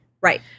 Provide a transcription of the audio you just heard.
right